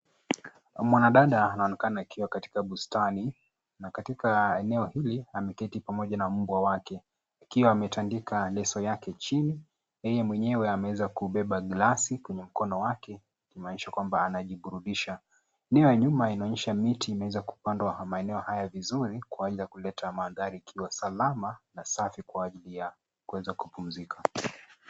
Mwanadada anaonekana akiwa katika bustani. Na katika eneo hili ameketi pamoja na mbwa wake, akiwa ametandika leso yake chini, yeye mwenyewe ameweza kubeba glasi kwenye mkono wake, kumaanisha kwamba anajiburudisha. Eneo ya nyuma inaonyesha miti imeweza kupandwa maeneo haya vizuri kwa aidha kuleta mandhari yakiwa salama na safi kwa ajili yakuweza kupumzika.